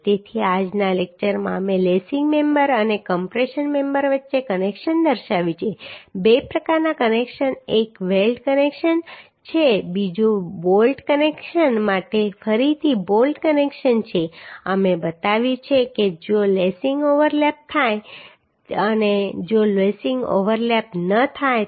તેથી આજના લેક્ચરમાં અમે લેસિંગ મેમ્બર અને કમ્પ્રેશન મેમ્બર વચ્ચે કનેક્શન દર્શાવ્યું છે બે પ્રકારના કનેક્શન્સ એક વેલ્ડ કનેક્શન છે બીજું બોલ્ટ કનેક્શન માટે ફરીથી બોલ્ટ કનેક્શન છે અમે બતાવ્યું છે કે જો લેસિંગ ઓવરલેપ થાય છે અને જો લેસિંગ ઓવરલેપ ન થાય તો